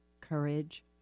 courage